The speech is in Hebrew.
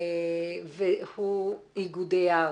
והוא איגודי הערים.